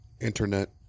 Internet